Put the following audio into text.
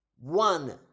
one